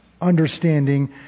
understanding